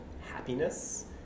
happiness